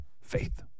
Faith